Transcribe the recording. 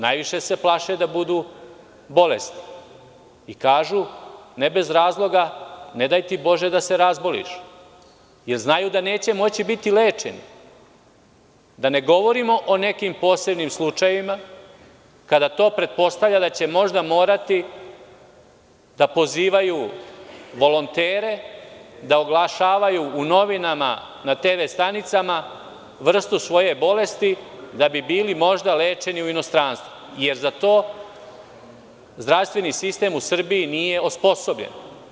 Najviše se plaše a budu bolesni, i kažu, ne bez razloga, ne daj ti bože da se razboliš, jer znaju da neće moći biti lečeni, da ne govorimo o nekim posebnim slučajevima kada to pretpostavlja da će možda morati da pozivaju volontere, da oglašavaju u novinama na tv stanicama vrstu svoje bolesti, da bi bili možda lečeni u inostranstvu, jer za to zdravstveni sistem u Srbiji nije osposobljen.